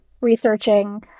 researching